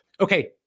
Okay